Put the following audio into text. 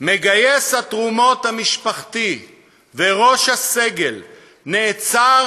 מגייס התרומות המשפחתי וראש הסגל נעצר